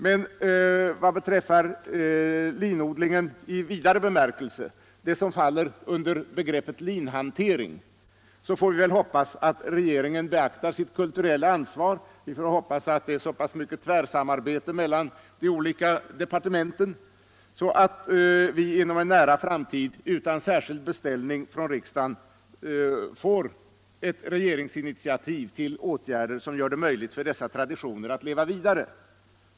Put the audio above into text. Men vad beträffar linodlingen i vidare bemärkelse, alltså det som faller under begreppet linhantering, får vi hoppas att regeringen beaktar sitt kulturella ansvar och att det finns så pass mycket tvärsamarbete mellan de olika departementen att vi inom en nära framtid utan särskild beställning från riksdagen får ta ställning till ett regeringsinitiativ till åtgärder som gör det möjligt för dessa traditioner att leva vidare.